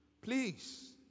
Please